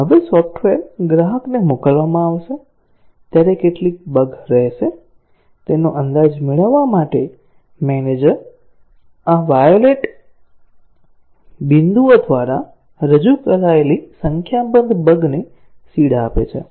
હવે સોફ્ટવેર ગ્રાહકને મોકલવામાં આવશે ત્યારે કેટલી બગ રહેશે તેનો અંદાજ મેળવવા માટે મેનેજર આ વાયોલેટ બિંદુઓ દ્વારા રજૂ કરાયેલી સંખ્યાબંધ બગ ને સીડ આપે છે